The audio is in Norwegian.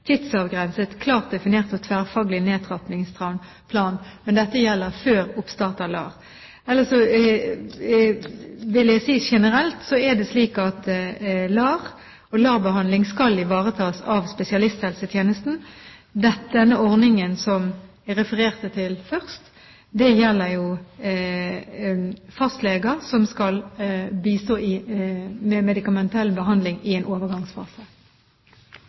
tidsavgrenset klart definert og tverrfaglig nedtrappingsplan. Men dette gjelder før oppstart av LAR. Ellers vil jeg si at generelt er det slik at LAR og LAR-behandling skal ivaretas av spesialisthelsetjenesten. Dette er den ordningen jeg refererte til først. Det gjelder fastleger som skal bistå med medikamentell behandling i en overgangsfase.